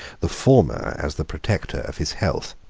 the former as the protector of his health.